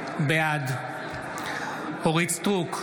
בעד אורית מלכה סטרוק,